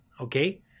okay